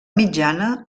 mitjana